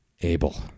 abel